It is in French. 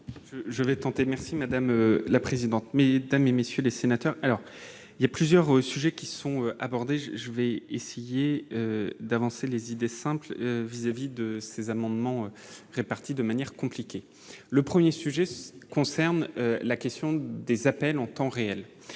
je vais tenter, merci madame la présidente, mesdames et messieurs les sénateurs, alors il y a plusieurs sujets qui sont abordés, je vais essayer d'avancer les idées simples vis-à-vis de ces amendements réparties de manière compliquée, le 1er sujet concerne la question des appels en temps réel,